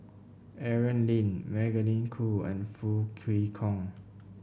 Aaron Lee Magdalene Khoo and Foo Kwee Horng